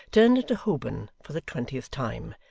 turned into holborn for the twentieth time,